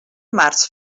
març